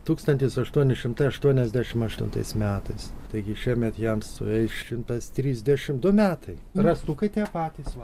tūkstantis aštuoni šimtai aštuoniasdešimt aštuntais metais taigi šiemet jam sueis šimtas trisdešimt du metai rąstukai tie patys va